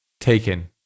taken